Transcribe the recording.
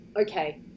Okay